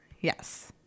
yes